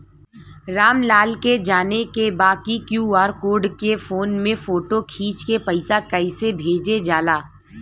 राम लाल के जाने के बा की क्यू.आर कोड के फोन में फोटो खींच के पैसा कैसे भेजे जाला?